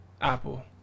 apple